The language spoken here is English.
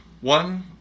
One